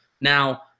Now